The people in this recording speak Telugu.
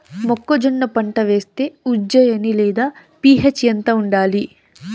మొక్కజొన్న పంట వేస్తే ఉజ్జయని లేదా పి.హెచ్ ఎంత ఉండాలి?